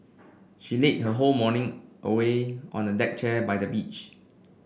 she lazed her whole morning away on the deck chair by the beach